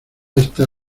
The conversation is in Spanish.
está